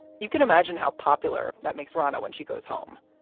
you can imagine how popular that makes rana when she goes home.